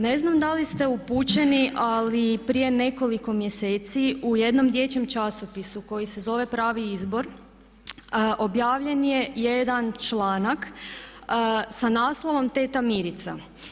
Ne znam da li ste upućeni, ali prije nekoliko mjeseci u jednom dječjem časopisu koji se zove „Pravi izbor“ objavljen je jedan članak sa naslovom „Teta Mirica“